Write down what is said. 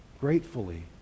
gratefully